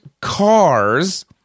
cars